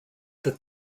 that